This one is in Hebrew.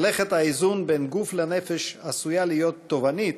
מלאכת האיזון בין גוף לנפש עשויה להיות תובענית,